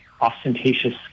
ostentatious